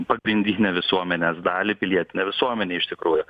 pagrindinę visuomenės dalį pilietinę visuomenę iš tikrųjų